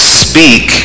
speak